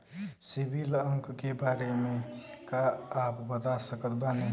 CIBIL अंक के बारे मे का आप बता सकत बानी?